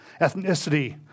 ethnicity